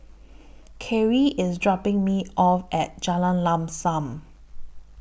Karyl IS dropping Me off At Jalan Lam SAM